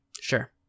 sure